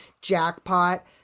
jackpot